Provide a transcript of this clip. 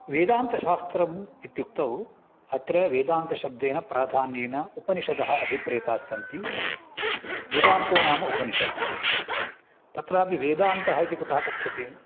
वेदान्तशास्त्रम् इत्युक्तौ अत्र वेदान्तशब्देन प्राधान्येन उपनिषदः अभिप्रेताः सन्ति वेदान्तो नाम उपनिषत् तत्रापि वेदान्तः इति कुतः कथ्यते